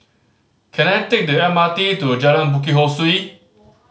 can I take the M R T to Jalan Bukit Ho Swee